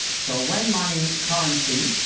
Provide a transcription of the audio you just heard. so when money currency